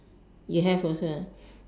you have also